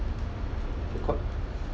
the